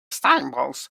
symbols